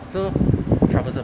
so troublesome